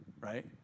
right